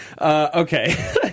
Okay